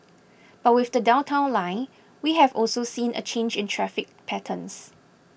but with the Downtown Line we have also seen a change in traffic patterns